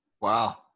Wow